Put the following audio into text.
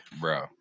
Bro